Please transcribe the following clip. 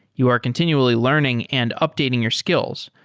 you are continually learning and updating your skills,